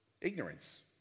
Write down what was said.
Ignorance